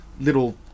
little